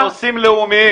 אמרתי, בנושאים לאומיים.